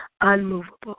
unmovable